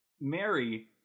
Mary